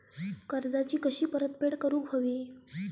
कर्जाची कशी परतफेड करूक हवी?